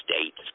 states